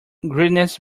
greediness